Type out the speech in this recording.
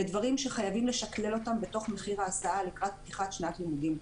בדברים שחייבים לשקלל אותם בתוך מחיר ההסעה לקראת פתיחת שנת הלימודים.